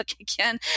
again